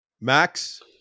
Max